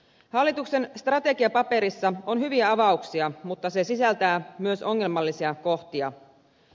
hallituksen strategiapaperissa on hyviä avauksia mutta se sisältää myös ongelmallisia kohtia